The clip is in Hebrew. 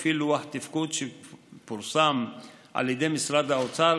לפי לוח תפקוד שפורסם על ידי משרד האוצר,